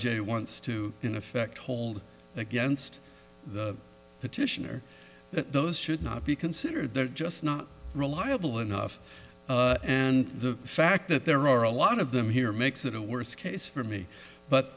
a wants to in effect hold against the petitioner that those should not be considered they're just not reliable enough and the fact that there are a lot of them here makes it a worse case for me but